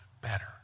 better